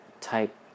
type